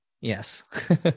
Yes